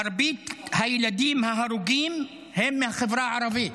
מרבית הילדים ההרוגים הם מהחברה הערבית,